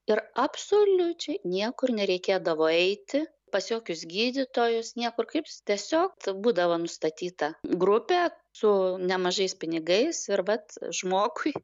ir absoliučiai niekur nereikėdavo eiti pas jokius gydytojus niekur kaip tiesiog būdavo nustatyta grupė su nemažais pinigais ir vat žmogui